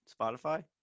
spotify